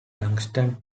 tungsten